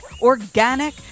organic